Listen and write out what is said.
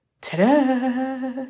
Ta-da